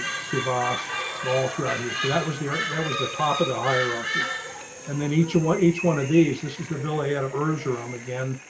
save us and all throughout here. so that was the. that was the top of the hierarchy and then each and one each one of these. this is the village at of herbs or i'm, again,